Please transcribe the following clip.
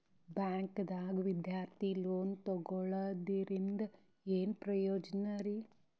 ಬ್ಯಾಂಕ್ದಾಗ ವಿದ್ಯಾರ್ಥಿ ಲೋನ್ ತೊಗೊಳದ್ರಿಂದ ಏನ್ ಪ್ರಯೋಜನ ರಿ?